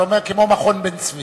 אתה אומר, כמו מכון בן-צבי.